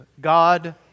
God